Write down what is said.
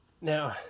Now